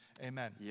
Amen